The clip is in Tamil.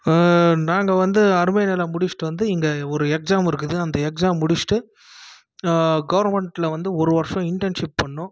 நாங்கள் வந்து அர்மேனியாவில் முடிச்சுட்டு வந்து இங்கே ஒரு எக்ஸாம் இருக்குது அந்த எக்ஸாம் முடிச்சுட்டு கவர்மெண்ட்டில் வந்து ஒரு வருடம் இன்டென்ஷிப் பண்ணணும்